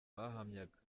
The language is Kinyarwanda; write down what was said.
bahamyaga